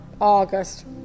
August